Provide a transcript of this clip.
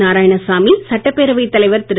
நாராயணசாமி சட்டப் பேரவைத் தலைவர் திரு